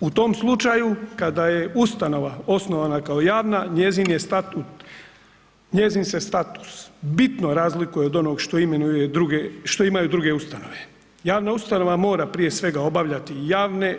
U tom slučaju kada je ustanova osnovana kao javna, njezin je statut, njezin se status bitno razlikuje od onog što imenuje druge, što imaju druge ustanove, javna ustanova mora prije svega obavljati i javne